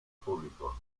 público